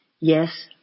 Yes